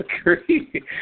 agree